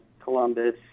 Columbus